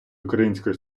українською